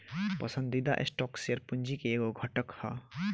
पसंदीदा stock share पूंजी के एगो घटक ह